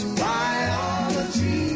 biology